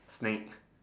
snake